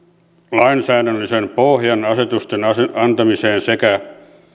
lainsäädännöllisen pohjan asetusten antamiseen sekä